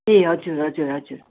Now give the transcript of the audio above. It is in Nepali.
ए हजुर हजुर हजुर